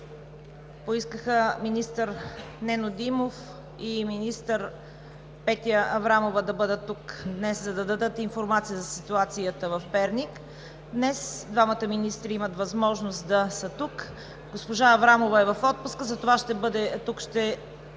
бъдат министър Нено Димов и министър Петя Аврамова, за да дадат информация за ситуацията в Перник, днес двамата министри имат възможност да са тук. Госпожа Аврамова е в отпуск, затова ще допуснем